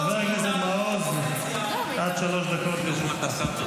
חבר הכנסת מעוז, עד שלוש דקות לרשותך.